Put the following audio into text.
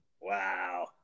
Wow